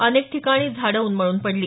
अनेक ठिकाणी झाडं उन्मळून पडली